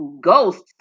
ghosts